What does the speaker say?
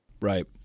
Right